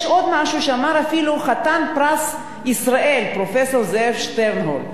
יש עוד משהו שאמר אפילו חתן פרס ישראל פרופסור זאב שטרנהל: